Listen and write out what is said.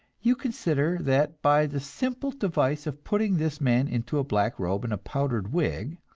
you consider that by the simple device of putting this man into a black robe and a powdered wig,